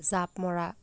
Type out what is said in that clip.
জাঁপ মৰা